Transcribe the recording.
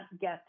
get